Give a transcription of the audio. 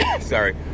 Sorry